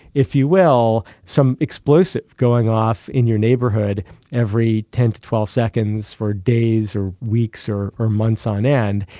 if you will, some explosive going off in your neighbourhood every ten to twelve seconds for days or weeks or or months on end.